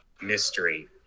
mystery